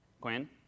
Quinn